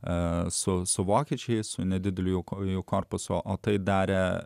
e su su vokiečiais su nedideliu jo ko jų korpuso o tai darė